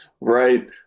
Right